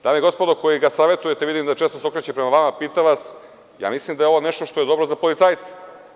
Dame i gospodo, koji ga savetujete, vidim da se okreće prema vama, mislim da je ovo nešto što je dobro za policajce.